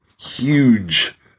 Huge